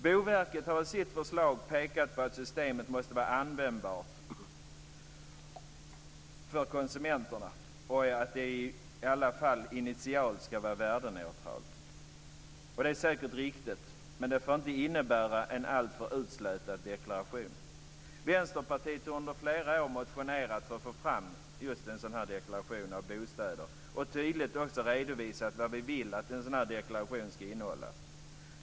Boverket har i sitt förslag pekat på att systemet måste vara användbart för konsumenterna och att det initialt ska vara värdeneutralt. Det är säkert riktigt, men det får inte innebära en alltför utslätad deklaration. Vänsterpartiet har under flera år motionerat för att få fram en sådan deklaration av bostäder, och vi har tydligt redovisat vad vi vill att en sådan deklaration ska innehålla.